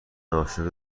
عاشق